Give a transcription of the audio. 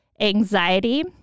Anxiety